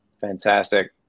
Fantastic